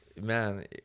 man